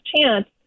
chance